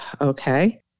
Okay